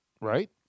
Right